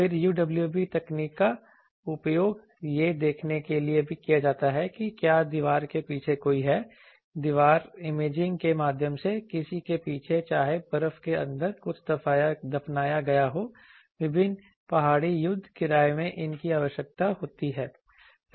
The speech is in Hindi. फिर UWB तकनीक का उपयोग यह देखने के लिए भी किया जाता है कि क्या दीवार के पीछे कोई है दीवार इमेजिंग के माध्यम से किसी के पीछे चाहे बर्फ के अंदर कुछ दफनाया गया हो विभिन्न पहाड़ी युद्ध किराए में इन की आवश्यकता होती है